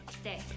Stay